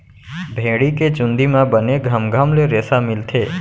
भेड़ी के चूंदी म बने घमघम ले रेसा मिलथे